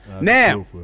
Now